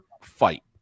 fight